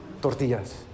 tortillas